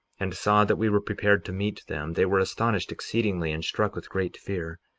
and saw that we were prepared to meet them, they were astonished exceedingly and struck with great fear,